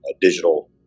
digital